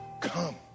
Come